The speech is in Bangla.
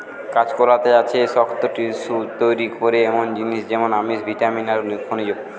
কাঁচকলাতে আছে শক্ত টিস্যু তইরি করে এমনি জিনিস যেমন আমিষ, ভিটামিন আর খনিজ